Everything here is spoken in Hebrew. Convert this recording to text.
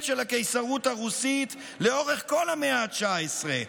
של הקיסרות הרוסית לאורך כל המאה ה-19,